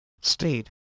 state